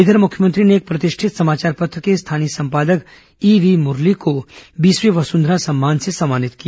इधर मुख्यमंत्री ने एक प्रतिष्ठित समाचार पत्र के स्थानीय संपादक ईवी मुरली को बीसवें वसुंधरा सम्मान से सम्मानित किया